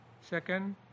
Second